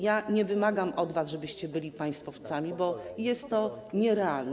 Ja nie wymagam od was, żebyście byli państwowcami, bo jest to nierealne.